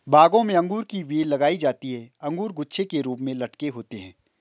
बागों में अंगूर की बेल लगाई जाती है अंगूर गुच्छे के रूप में लटके होते हैं